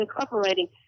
incorporating